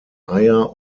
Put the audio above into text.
eier